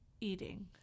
eating